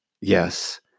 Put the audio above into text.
Yes